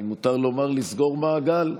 אם מותר לומר, לסגור מעגל.